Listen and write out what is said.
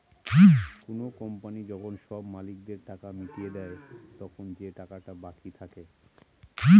কোনো কোম্পানি যখন সব মালিকদের টাকা মিটিয়ে দেয়, তখন যে টাকাটা বাকি থাকে